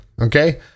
Okay